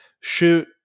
shoot